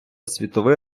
світовий